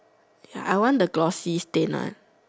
ya I want the glossy stain one